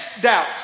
doubt